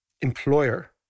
employer